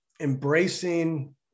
embracing